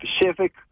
specific